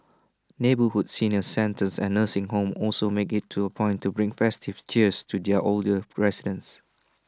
neighbourhood senior centres and nursing homes also make IT to A point to bring festive cheer to their older residents